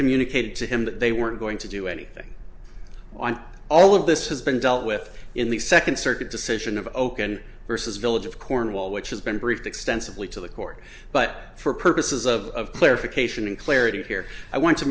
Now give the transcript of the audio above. communicated to him that they weren't going to do anything on all of this has been dealt with in the second circuit decision of oaken versus village of cornwall which has been briefed extensively to the court but for purposes of clarification and clarity here i want to